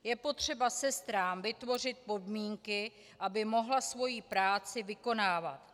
Je potřeba sestrám vytvořit podmínky, aby mohly svou práci vykonávat.